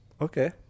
okay